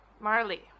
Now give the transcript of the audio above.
Marley